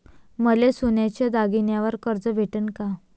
मले सोन्याच्या दागिन्यावर कर्ज भेटन का?